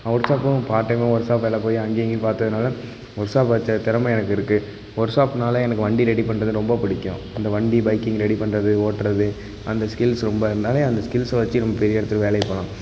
நான் ஒர்க்ஷாப்பும் பார்ட்டைமாக ஒர்க்ஷாப் வேலை போய் அங்கே இங்கேயும் பார்த்ததுனால ஒர்க்ஷாப் வச்ச திறமை எனக்கு இருக்குது ஒர்க்ஷாப்னால எனக்கு வண்டி ரெடி பண்ணுறது ரொம்ப பிடிக்கும் அந்த வண்டி பைக்கிங் ரெடி பண்ணுறது ஓட்டுறது அந்த ஸ்கில்ஸ் ரொம்ப இருந்தாலே அந்த ஸ்கில்ஸை வச்சி நம்ம பெரிய இடத்துக்கு வேலைக்கு போகலாம்